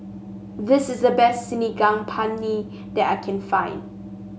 this is the best Saag Paneer that I can find